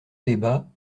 débats